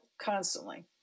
constantly